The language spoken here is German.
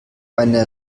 eine